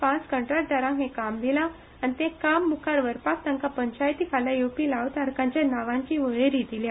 पांच कंत्राटदारांक हें काम दिलां आनी तें काम मुखार व्हरपाक तांकां पंचायती खाला येवपी लावधारकांच्या नावांची वळेरी दिल्या